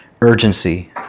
urgency